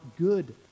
good